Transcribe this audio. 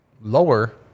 lower